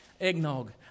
eggnog